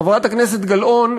חברת הכנסת גלאון,